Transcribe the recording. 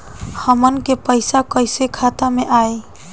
हमन के पईसा कइसे खाता में आय?